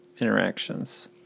interactions